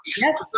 Yes